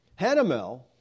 Hanamel